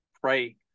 pray